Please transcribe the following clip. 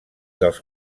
dels